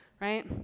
Right